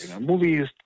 movies